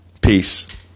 Peace